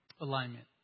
alignment